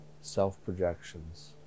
self-projections